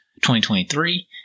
2023